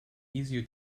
easier